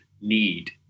need